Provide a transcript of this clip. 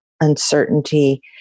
uncertainty